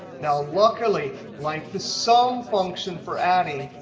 now, luckily, like the sum function for adding,